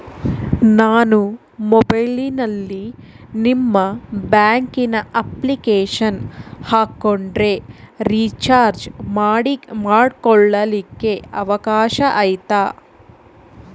ನಾನು ಮೊಬೈಲಿನಲ್ಲಿ ನಿಮ್ಮ ಬ್ಯಾಂಕಿನ ಅಪ್ಲಿಕೇಶನ್ ಹಾಕೊಂಡ್ರೆ ರೇಚಾರ್ಜ್ ಮಾಡ್ಕೊಳಿಕ್ಕೇ ಅವಕಾಶ ಐತಾ?